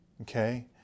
Okay